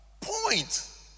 point